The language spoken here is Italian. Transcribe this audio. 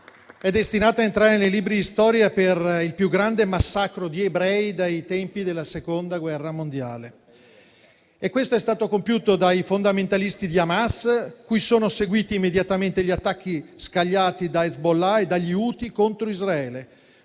è destinata ora a entrare nei libri di storia per il più grande massacro di ebrei dai tempi della Seconda guerra mondiale, compiuto dai fondamentalisti di Hamas, cui sono seguiti immediatamente gli attacchi scagliati da Hezbollah e Houthi contro Israele,